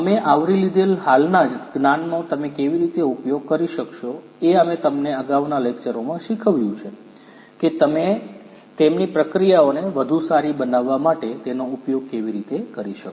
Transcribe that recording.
અમે આવરી લીધેલ હાલના જ્ જ્ઞાનનો તમે કેવી રીતે ઉપયોગ કરી શકશો એ અમે તમને અગાઉના લેકચરોમાં શીખવ્યું છે કે તમે તેમની પ્રક્રિયાઓને વધુ સારી બનાવવા માટે તેનો ઉપયોગ કેવી રીતે કરી શકો